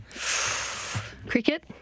Cricket